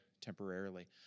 temporarily